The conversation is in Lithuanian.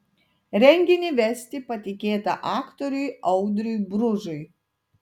renginį vesti patikėta aktoriui audriui bružui